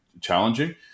challenging